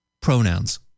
pronouns